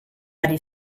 ari